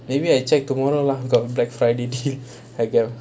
maybe I check tomorrow lah got black friday deals like the